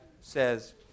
says